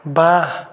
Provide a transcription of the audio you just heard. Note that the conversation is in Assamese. ৱাহ